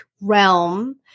realm